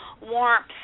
warmth